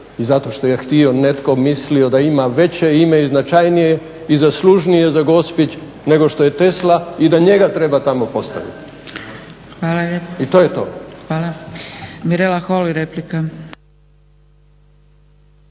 i zato što je htio netko mislio da ima veće ime i značajnije i zaslužnije za Gospić nego što je Tesla i da njega treba tamo postaviti. I to je to. **Zgrebec, Dragica